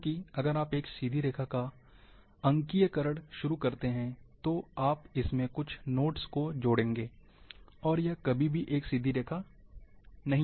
क्योंकि अगर आप एक सीधी रेखा का अंकीयकरण शुरू करते हैं तो आप इसमें कुछ नोड्स को जोड़ेंगे और यह कभी भी एक सीधी रेखा नहीं होगी